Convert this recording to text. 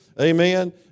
Amen